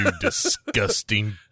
disgusting